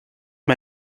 mir